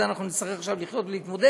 עם המצב הזה אנחנו נצטרך עכשיו לחיות ולהתמודד,